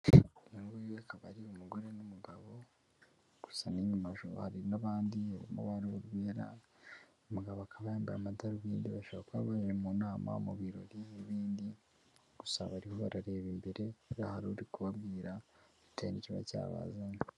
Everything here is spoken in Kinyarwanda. Uyu we akaba ari umugore n'umugabo gusa n'inyuma hari n'abandi, umugabo akaba yambaye amadarubindi bashaka kuba bari mu nama mu birori n'ibindi gusa bariho barareba imbere buriya uri kubabwira bitewe nikiba cyabazanye.